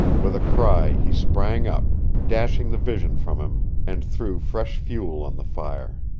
with a cry he sprang up, dashing the vision from him, and threw fresh fuel on the fire.